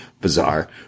bizarre